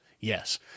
yes